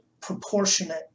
proportionate